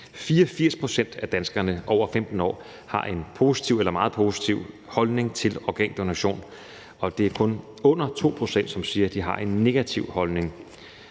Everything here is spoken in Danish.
84 pct. af danskerne over 15 år har en positiv eller meget positiv holdning til organdonation, og det er kun under 2 pct., der siger, at de har en negativ holdning.